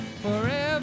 forever